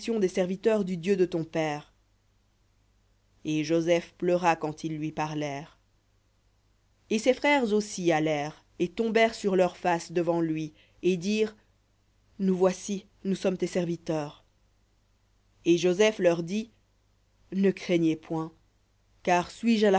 des serviteurs du dieu de ton père et joseph pleura quand ils lui parlèrent et ses frères aussi allèrent et tombèrent devant lui et dirent nous voici nous sommes tes serviteurs et joseph leur dit ne craignez point car suis-je